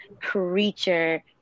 creature